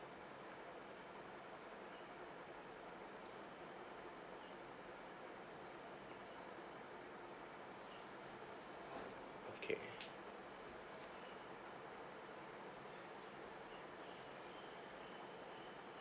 okay